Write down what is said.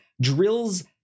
drills